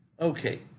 Okay